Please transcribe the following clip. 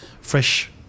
fresh